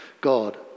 God